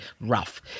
rough